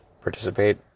participate